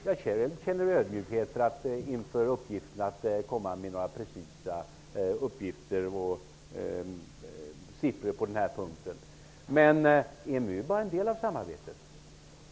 Jag känner ödmjukhet inför uppgiften att komma med några precisa siffror på denna punkt. EMU är bara en del av samarbetet.